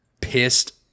pissed